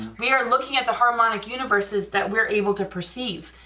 we're looking at the harmonic universes that we're able to perceive,